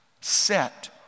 set